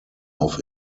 auf